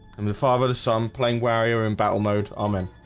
and the father to son playing we're yeah we're in battle mode armin